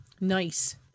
Nice